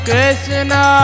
Krishna